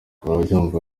urabyumva